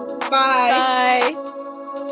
Bye